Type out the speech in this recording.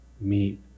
meet